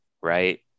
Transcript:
right